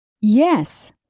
Yes